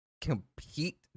compete